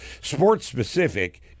Sports-specific